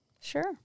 Sure